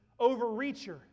overreacher